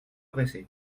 pressé